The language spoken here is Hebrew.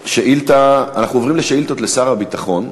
אנחנו עוברים לשאילתות לשר הביטחון.